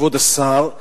כבוד השר,